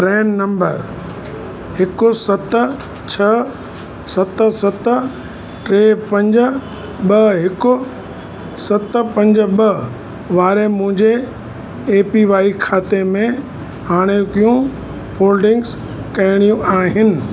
Pran number हिकु सत छह सत सत टे पंज ॿ हिकु सत पंज ॿ वारे मुंहिंजे ए पी वाई खाते में हाणोकियूं होल्डिंग्स कहिड़ियूं आहिनि